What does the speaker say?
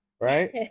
right